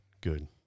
Good